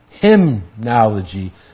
hymnology